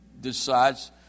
decides